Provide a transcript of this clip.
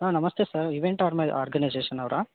ಹಾಂ ನಮಸ್ತೆ sir event ಆರ್ಮ ಆರ್ಗನೈಜೇಷನ್ ಅವರಾ